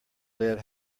led